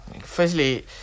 firstly